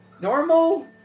normal